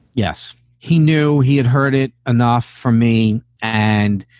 yes, he knew he had heard it enough for me. and,